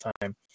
time